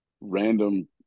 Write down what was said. random